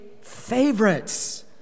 favorites